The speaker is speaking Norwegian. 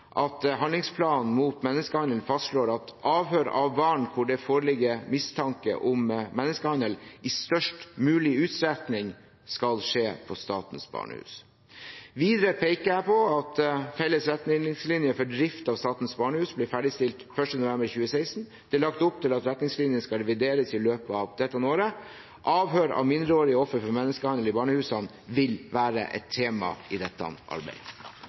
at handlingsplanen mot menneskehandel fastslår at avhør «av barn i saker hvor det foreligger mistanke om menneskehandel skal i størst mulig grad skje på Statens Barnehus». Videre peker jeg på at felles retningslinjer for drift av Statens barnehus ble ferdigstilt 1. november 2016. Det er lagt opp til at retningslinjene skal revideres i løpet av dette året. Avhør av mindreårige ofre for menneskehandel i barnehusene vil være et tema i dette arbeidet.